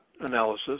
analysis